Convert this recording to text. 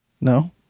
No